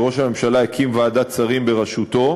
שראש הממשלה הקים ועדת שרים בראשותו,